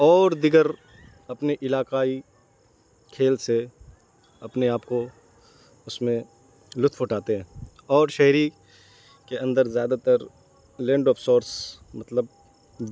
اور دیگر اپنے علاقائی کھیل سے اپنے آپ کو اس میں لطف اٹھاتے ہیں اور شہری کے اندر زیادہ تر لینڈ آف سورس مطلب